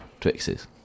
Twixes